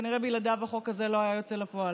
כנראה בלעדיו החוק הזה לא היה יוצא לפועל.